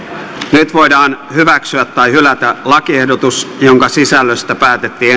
nyt voidaan hyväksyä tai hylätä lakiehdotus jonka sisällöstä päätettiin